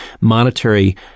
monetary